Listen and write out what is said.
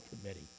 committee